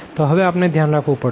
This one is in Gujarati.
તો હવે આપણે ધ્યાન રાખવું પડશે